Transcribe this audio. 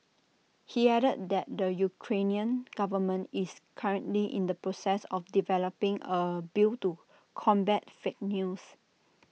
he added that the Ukrainian government is currently in the process of developing A bill to combat fake news